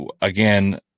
again